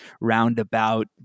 roundabout